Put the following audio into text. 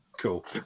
Cool